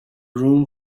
room